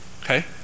Okay